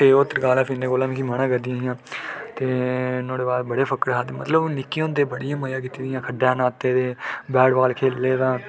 ते ओह् तरकालां फिरने कोला मिं मना करदियां हा ते नुहाड़े बाद बड़े फक्कड़ निक्के होंदे बड़ियां मजा कीती दियां खड्डा न्हाते दे बैट बाल खेले दा